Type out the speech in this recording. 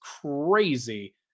crazy